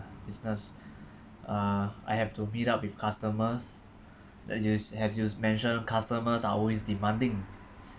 business uh I have to meet up with customers as you as you mentioned customers are always demanding